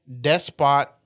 despot